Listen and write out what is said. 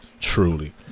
truly